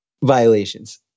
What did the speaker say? violations